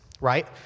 right